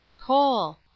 Coal